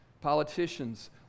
politicians